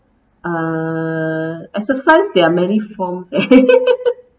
uh exercise there are many forms eh